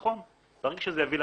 נכון, צריך שזה יביא לחיסכון.